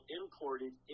imported